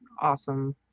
awesome